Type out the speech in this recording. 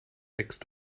wächst